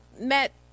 met